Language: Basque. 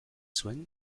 zuen